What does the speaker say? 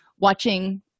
watching